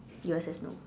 yours as well